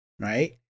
Right